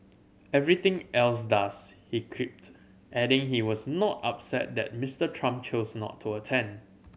everything else does he quipped adding he was not upset that Mister Trump chose not to attend